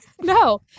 No